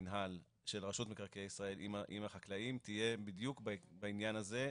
רשות מקרקעי ישראל עם החקלאים תהיה בדיוק בעניין הזה,